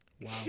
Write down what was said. Wow